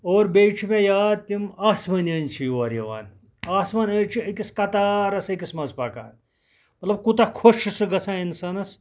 اور بیٚیہِ چھُ مےٚ یاد تِم اتھ آسمٲنۍ أنز چھِ یور یِوان آسمٲنۍ أنز چھِ أکِس کَتارَس أکِس منٛز پَکان مےٚ کوٗتاہ خۄش چھُ سُہ گژھان اِنسانَس